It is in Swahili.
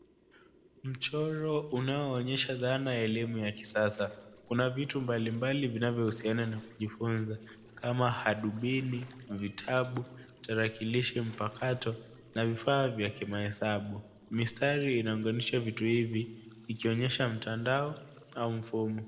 Mchoro unaoonyesha dhana ya elimu ya kisasa. Kuna vitu mbalimbali vinavyohusiana na kujifunza, kama hadubini, vitabu, tarakilishi mpakato, na vifaa vya kimahesabu. Mistari inaunganisha vitu hivi, ikionyesha mtandao au mfumo.